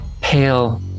pale